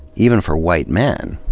even for white men.